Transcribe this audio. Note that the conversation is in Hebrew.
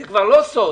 זה כבר לא סוד.